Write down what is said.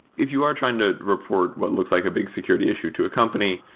if you are trying to report what looks like a big security issue to a company,